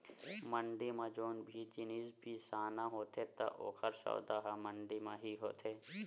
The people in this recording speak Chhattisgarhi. मंड़ी म जउन भी जिनिस बिसाना होथे त ओकर सौदा ह मंडी म ही होथे